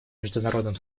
международном